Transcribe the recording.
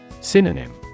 Synonym